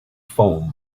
foam